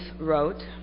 wrote